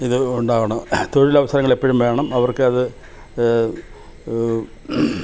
ഇത് ഉണ്ടാവുന്നു തൊഴിലവസരങ്ങളെപ്പോഴും വേണം അവർക്കത്